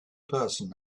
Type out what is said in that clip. person